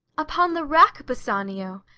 upon the rack, bassanio!